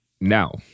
now